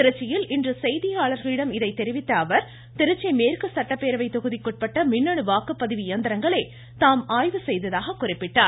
திருச்சியில் இன்று செய்தியாளர்களிடம் இதை தெரிவித்த அவர் திருச்சி மேற்கு சட்டப்பேரவை தொகுதிக்குட்பட்ட மின்னணு வாக்குப்பதிவு இயந்திரங்களை தாம் ஆய்வு செய்ததாக குறிப்பிட்டார்